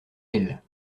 elle